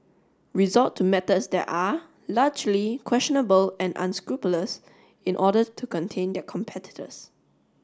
resort to methods that are largely questionable and unscrupulous in order to contain their competitors